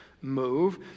move